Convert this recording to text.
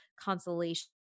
consolation